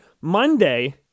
Monday